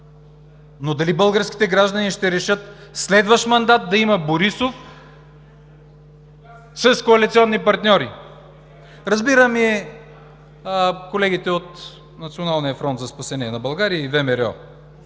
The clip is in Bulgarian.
Дали българските граждани ще решат следващ мандат да има Борисов с коалиционни партньори?! Разбирам и колегите от „Националния фронт за спасение на България“ и ВМРО.